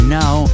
now